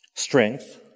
Strength